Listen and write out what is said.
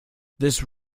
these